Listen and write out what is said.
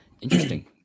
Interesting